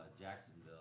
Jacksonville